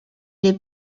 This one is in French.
les